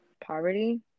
poverty